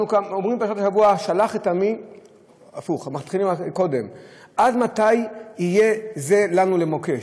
אנחנו אומרים בפרשת השבוע: "עד מתי יהיה זה לנו למוקש"